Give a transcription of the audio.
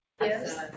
Yes